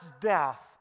death